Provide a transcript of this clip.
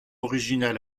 original